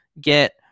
get